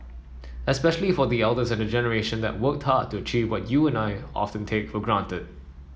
especially for the elder and the generation that worked hard to achieve what you and I often take for granted